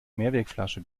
mehrwegflasche